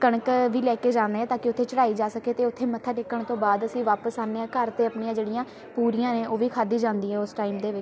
ਕਣਕ ਵੀ ਲੈ ਕੇ ਜਾਂਦੇ ਹਾਂ ਤਾਂ ਕਿ ਉੱਥੇ ਚੜਾਈ ਜਾ ਸਕੇ ਅਤੇ ਉੱਥੇ ਮੱਥਾ ਟੇਕਣ ਤੋਂ ਬਾਅਦ ਅਸੀਂ ਵਾਪਿਸ ਆਉਂਦੇ ਹਾਂ ਘਰ ਅਤੇ ਆਪਣੀਆਂ ਜਿਹੜੀਆਂ ਪੂਰੀਆਂ ਨੇ ਉਹ ਵੀ ਖਾਧੀ ਜਾਂਦੀ ਉਸ ਟਾਈਮ ਦੇ ਵਿੱਚ